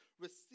receive